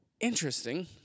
Interesting